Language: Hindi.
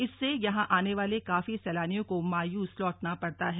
इससे यहां आने वाले काफी सैलानियों को मायूस लौटना पड़ता है